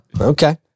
Okay